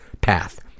Path